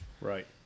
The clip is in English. Right